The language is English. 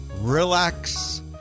relax